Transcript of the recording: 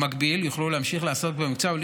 במקביל יוכלו להמשיך לעסוק במקצוע בלי